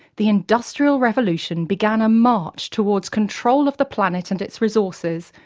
the industrial revolution began a march towards control of the planet and its resources,